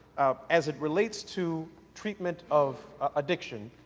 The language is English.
as it relates to treatment of addiction,